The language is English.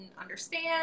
understand